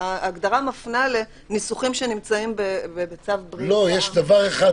ההגדרה מפנה לניסוחים שנמצאים בצו בריאות העם.